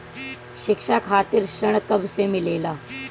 शिक्षा खातिर ऋण कब से मिलेला?